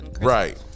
Right